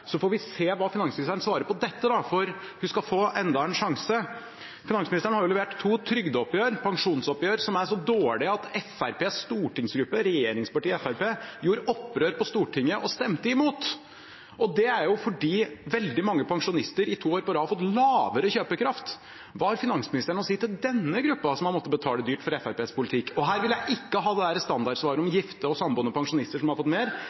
Så får vi se hva finansministeren svarer på dette, for hun skal få enda en sjanse: Finansministeren har levert to trygdeoppgjør, pensjonsoppgjør, som er så dårlige at Fremskrittspartiets stortingsgruppe, regjeringspartiet Fremskrittspartiet, gjorde opprør på Stortinget og stemte imot. Det er fordi veldig mange pensjonister i to år på rad har fått lavere kjøpekraft. Hva har finansministeren å si til denne gruppen, som har måttet betale dyrt for Fremskrittspartiets politikk? Og her vil jeg ikke ha standardsvaret om gifte og samboende pensjonister som har fått mer.